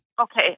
Okay